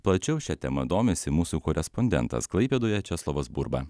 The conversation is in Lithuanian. plačiau šia tema domisi mūsų korespondentas klaipėdoje česlovas burba